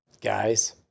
Guys